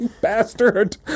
Bastard